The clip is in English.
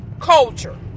culture